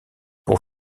pour